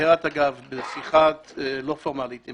אני